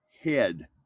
head